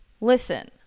listen